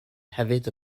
hefyd